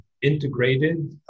Integrated